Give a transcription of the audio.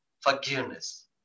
forgiveness